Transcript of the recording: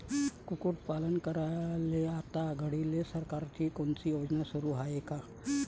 कुक्कुटपालन करायले आता घडीले सरकारची कोनची योजना सुरू हाये का?